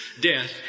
death